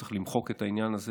צריך למחוק את העניין הזה.